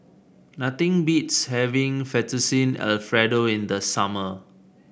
nothing beats having Fettuccine Alfredo in the summer